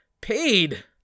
paid